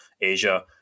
asia